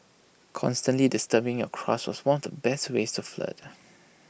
constantly disturbing your crush was one of the best ways to flirt